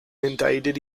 indicted